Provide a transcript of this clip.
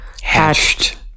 hatched